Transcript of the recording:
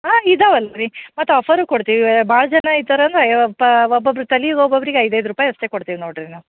ಹಾಂ ಇದಾವಲ್ಲ ರಿ ಮತ್ತು ಆಫರು ಕೊಡ್ತೀವಿ ಭಾಳ ಜನ ಇದಾರಂದ್ರೆ ಎ ಒಬ್ಬ ಒಬ್ಬೊಬ್ರ ತಲೀಗೆ ಒಬ್ಬೊಬ್ರಿಗೆ ಐದು ಐದು ರೂಪಾಯಿ ಅಷ್ಟೇ ಕೊಡ್ತೀವಿ ನೋಡಿರಿ ನಾವು